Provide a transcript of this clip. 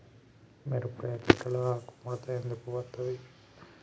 మిరపకాయ తోటలో ఆకు ముడత ఎందుకు అత్తది?